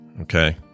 Okay